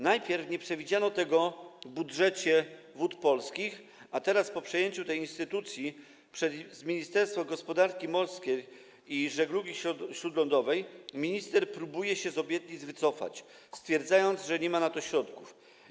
Najpierw nie przewidziano tego w budżecie Wód Polskich, a teraz, tj. po przejęciu tej instytucji przez Ministerstwo Gospodarki Morskiej i Żeglugi Śródlądowej, minister próbuje się z obietnic wycofać, stwierdzając, że nie ma na to środków.